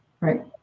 Right